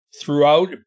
throughout